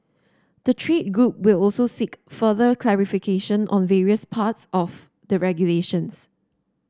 the trade group will also seek further clarification on various parts of the regulations